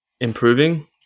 improving